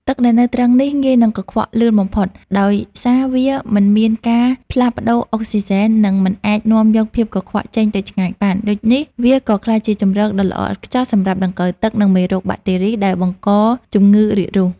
ទឹកដែលនៅទ្រឹងនេះងាយនឹងកខ្វក់លឿនបំផុត ដោយសារវាមិនមានការផ្លាស់ប្តូរអុកស៊ីសែន និងមិនអាចនាំយកភាពកខ្វក់ចេញទៅឆ្ងាយបាន ដូចនេះវាក៏ក្លាយជាជម្រកដ៏ល្អឥតខ្ចោះសម្រាប់ដង្កូវទឹក និងមេរោគបាក់តេរីដែលបង្កជំងឺរាករូស។